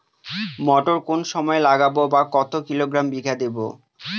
মটর কোন সময় লাগাবো বা কতো কিলোগ্রাম বিঘা দেবো?